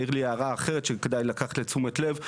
העיר לי הערה אחרת, שכדאי לקחת לתשומת לב.